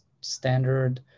standard